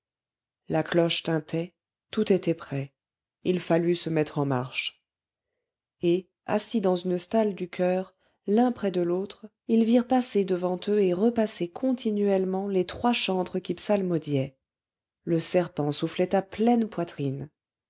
la cloche tintait tout était prêt il fallut se mettre en marche et assis dans une stalle du choeur l'un près de l'autre ils virent passer devant eux et repasser continuellement les trois chantres qui psalmodiaient le serpent soufflait à pleine poitrine